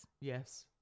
Yes